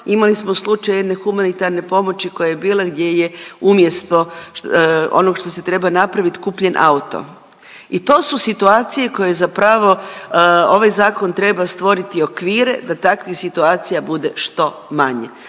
imali smo slučaj jedne humanitarne pomoći koja je bila gdje je umjesto onog što se treba napraviti kupljen auto. I to su situacije koje zapravo ovaj zakon treba stvoriti okvire da takvih situacija bude što manje.